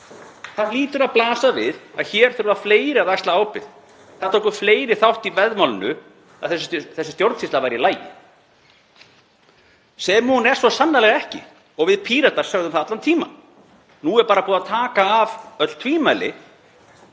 Það hlýtur að blasa við að hér þurfa fleiri að axla ábyrgð. Það tóku fleiri þátt í veðmálinu um að þessi stjórnsýsla væri í lagi, sem hún er svo sannarlega ekki og við Píratar sögðum það allan tímann. Nú er bara búið að taka af öll tvímæli